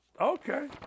Okay